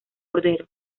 cordero